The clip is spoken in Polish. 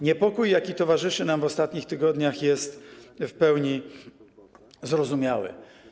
Niepokój, jaki towarzyszy nam w ostatnich tygodniach, jest w pełni zrozumiały.